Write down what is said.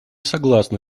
согласны